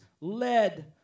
led